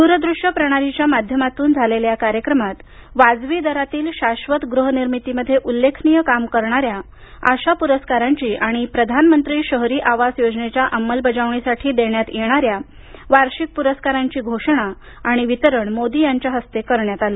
दूरदृष्य प्रणालीच्या माध्यमातून झालेल्या या कार्यक्रमामध्ये वाजवी दरातील शाश्वत गृह निर्मितीमध्ये उल्लेखनीय काम करणाऱ्या आशा पुरस्कारांची आणि प्रधानमंत्री शहरी आवास योजनेच्या अंमलबजावणीसाठी देण्यात येणाऱ्या वार्षिक पुरस्कारांची घोषणा आणि वितरण मोदी यांच्या हस्ते करण्यात आलं